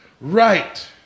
Right